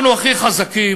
אנחנו הכי חזקים,